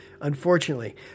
unfortunately